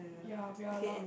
ya we're a lot